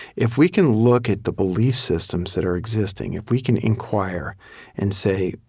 if we can look at the belief systems that are existing, if we can inquire and say,